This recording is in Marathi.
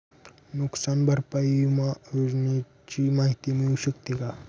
नुकसान भरपाई विमा योजनेची माहिती मिळू शकते का?